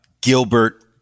Gilbert